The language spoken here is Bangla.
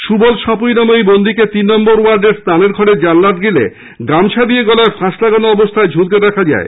সুবল সাঁপুই নামে ওই বন্দীকে তিন নম্বর ওয়ার্ডের স্নানের ঘরে জানলার গ্রিলে গামছা দিয়ে গলায় ফাঁস লাগানো অবস্থায় ঝুলতে দেখা যায়